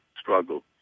struggle